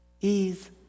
ease